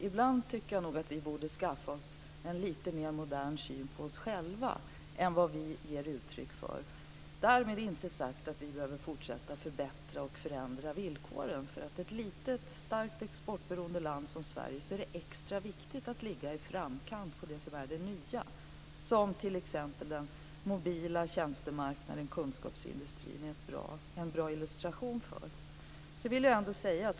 Ibland tycker jag nog att vi borde skaffa oss en lite mer modern syn på oss själva än vad vi ger uttryck för. Därmed inte sagt att vi inte behöver fortsätta att förbättra och förändra villkoren. För ett litet och starkt exportberoende land som Sverige är det extra viktigt att ligga i framkant på det som är det nya och som t.ex. den mobila tjänstemarknaden och kunskapsindustrin är en bra illustration av.